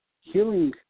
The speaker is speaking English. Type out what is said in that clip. healing